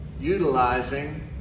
utilizing